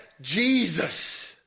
Jesus